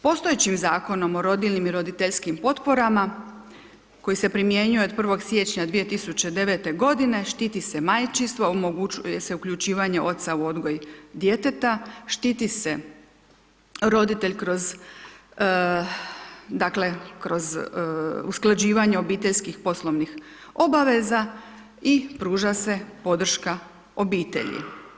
Postojećim Zakonom o rodiljnim i roditeljskim potporama koji se primjenjuje od 1. siječnja 2009. godine štiti se majčinstvo, omogućuje se uključivanje oca u odgoj djeteta, štiti se roditelj kroz dakle, kroz usklađivanje obiteljskih poslovnih obaveza i pruža se podrška obitelji.